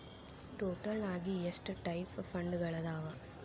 total ಆಗಿ ಎಷ್ಟ types ಫಂಡ್ಗಳದಾವ